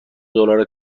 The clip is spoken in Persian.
دلار